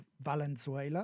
Valenzuela